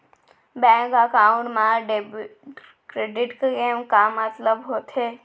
Bank account मा credit के का मतलब होथे?